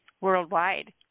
Worldwide